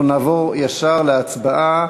אנחנו נעבור ישר להצבעה